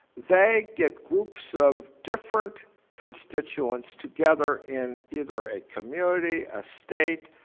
they get groups of different constituents together in either a community, a state,